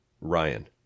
Ryan